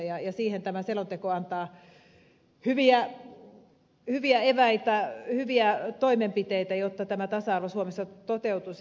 siihen tämä selonteko antaa hyviä eväitä hyviä toimenpiteitä jotta tämä tasa arvo suomessa toteutuisi